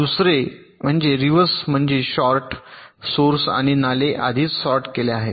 दुसरे म्हणजे रिव्हर्स म्हणजे शॉर्ट सोर्स आणि नाले आधीच शॉर्ट केल्या आहेत